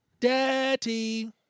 Daddy